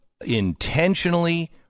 intentionally